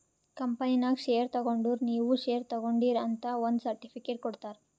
ಕಂಪನಿನಾಗ್ ಶೇರ್ ತಗೊಂಡುರ್ ನೀವೂ ಶೇರ್ ತಗೊಂಡೀರ್ ಅಂತ್ ಒಂದ್ ಸರ್ಟಿಫಿಕೇಟ್ ಕೊಡ್ತಾರ್